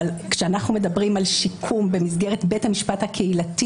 אבל כשאנחנו מדברים על שיקום במסגרת בית המשפט הקהילתי,